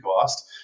cost